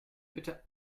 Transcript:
bitte